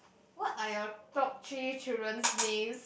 what are your top three children's names